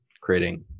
creating